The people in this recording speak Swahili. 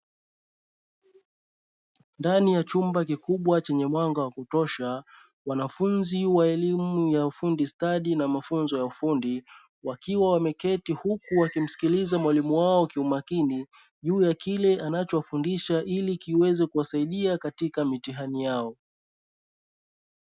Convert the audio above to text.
Ndani ya chumba kikubwa chenye mwanga wa kutosha, wanafunzi wa elimu ya ufundi stadi na mafunzo ya ufundi, wakiwa wameketi huku wakimsikiliza mwalimu wao kwa makini juu ya kile anacho wafundisha ili kiweze kuwasaidia katika mitihani yao.